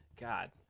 God